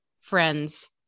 friends